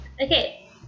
Okay